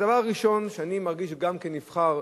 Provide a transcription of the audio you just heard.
הדבר הראשון שאני מרגיש גם כנבחר,